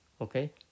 Okay